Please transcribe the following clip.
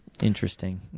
Interesting